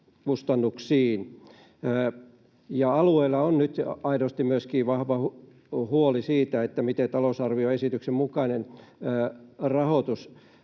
kustannuksiin. Alueilla on nyt aidosti vahva huoli siitä, miten talousarvioesityksen mukainen rahoitus